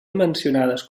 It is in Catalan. mencionades